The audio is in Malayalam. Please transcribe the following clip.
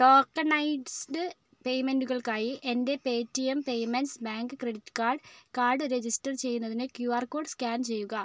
ടോക്കണൈസ്ഡ് പേയ്മെൻറ്റുകൾക്കായി എൻ്റെ Paytm payments bank credit card card register ചെയ്യുന്നതിന് ക്യു ആർ കോഡ് സ്കാൻ ചെയ്യുക